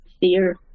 fear